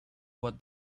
what